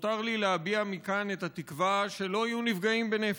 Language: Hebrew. ונותר לי להביע מכאן את התקווה שלא יהיו נפגעים בנפש.